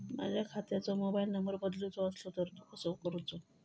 माझ्या खात्याचो mobile number बदलुचो असलो तर तो कसो करूचो?